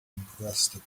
encrusted